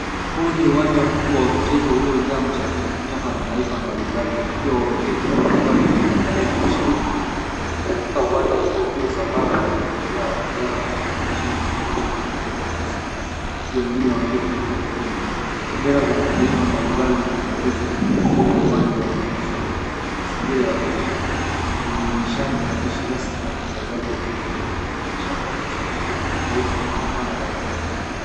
Huu ni uwanja mkubwa wa michezo uliojaa mashabiki kutoka mataifa mbali mbali wakiwa wameketi jukwani wakiwa wanaangalia katika uwanja huo mbio za marathone zinaendelea wanariadha kutoka nchini tofauti wakipita kwa kasi, huku wengine wakiwa katika vikundi. Bendera za mataifa mbali mbali zinapeperushwa na mazingira ya uwanja yanaonyeshwa mazingira ya olimpiki yenye ni chan maandishi rasmi na utangazaji wa matokeo, shangwe na ushabiki wa kimataifa yanaonekana dhahiri.